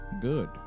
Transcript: Good